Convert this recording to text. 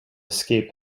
escape